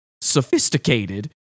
sophisticated